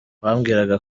bambwiraga